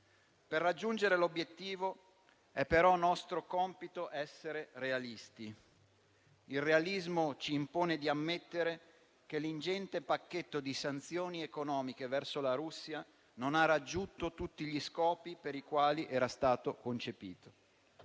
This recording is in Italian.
Per raggiungere l'obiettivo è però nostro compito essere realisti. Il realismo ci impone di ammettere che l'ingente pacchetto di sanzioni economiche verso la Russia non ha raggiunto tutti gli scopi per i quali era stato concepito.